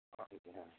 हाँ जी हाँ